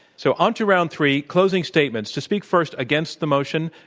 so on to round three, closing statements, to speak first against the motion,